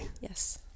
Yes